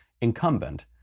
incumbent